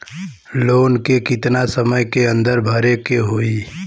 Loan के कितना समय के अंदर भरे के होई?